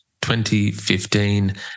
2015